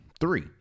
three